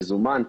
מזומן,